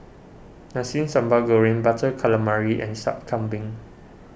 Nasi Sambal Goreng Butter Calamari and Sup Kambing